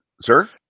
sir